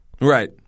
Right